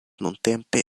nuntempe